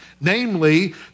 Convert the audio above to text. namely